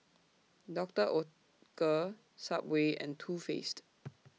Doctor Oetker Subway and Too Faced